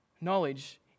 Knowledge